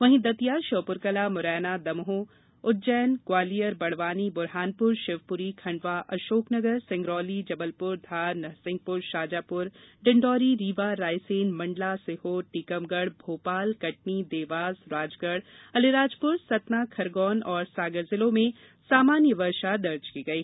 वहीं दतिया श्योपुरकलां मुरैना दमोह उज्जैन ग्वालियर बड़वानी बुरहानपुर शिवपुरी खण्डवा अशोकनगर सिंगरौली जबलपुर धार नरसिंहपुर शाजापुर डिण्डौरी रीवा रायसेन मण्डला सीहोर टीकमगढ़ भोपाल कटनी देवास राजगढ़ अलीराजपुर सतना खरगोन और सागर जिलों में सामान्य बर्षा दर्ज की गयी